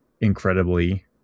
incredibly